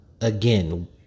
again